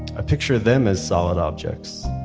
i picture them as solid objects,